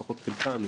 לפחות חלקם,